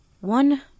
One